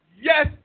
Yes